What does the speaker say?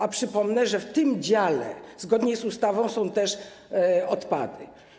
A przypomnę, że w tym dziale, zgodnie z ustawą, są też odpady.